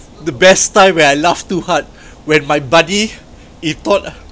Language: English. the best time where I laughed too hard when my buddy he thought